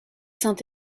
saint